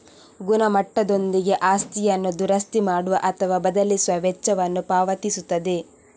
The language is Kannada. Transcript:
ಗುಣಮಟ್ಟದೊಂದಿಗೆ ಆಸ್ತಿಯನ್ನು ದುರಸ್ತಿ ಮಾಡುವ ಅಥವಾ ಬದಲಿಸುವ ವೆಚ್ಚವನ್ನು ಪಾವತಿಸುತ್ತದೆ